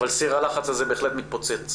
אבל סיר הלחץ הזה בהחלט מתפוצץ.